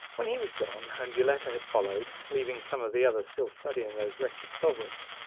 when he was gone, and yoletta had followed, leaving some of the others still studying those wretched sovereigns,